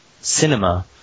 cinema